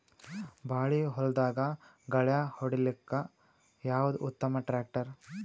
ಬಾಳಿ ಹೊಲದಾಗ ಗಳ್ಯಾ ಹೊಡಿಲಾಕ್ಕ ಯಾವದ ಉತ್ತಮ ಟ್ಯಾಕ್ಟರ್?